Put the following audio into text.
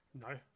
No